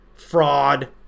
fraud